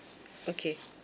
okay